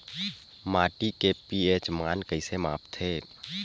माटी के पी.एच मान कइसे मापथे?